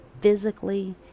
physically